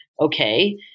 okay